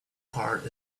part